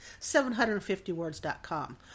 750words.com